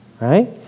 Right